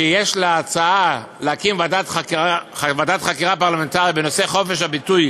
שיש לה הצעה להקים ועדת חקירה פרלמנטרית בנושא חופש הביטוי